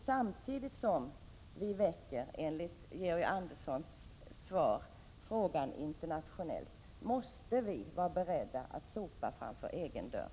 Samtidigt som vi, enligt Georg Anderssons svar, väcker frågan internationellt måste vi vara beredda att sopa framför egen dörr.